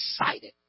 excited